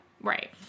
Right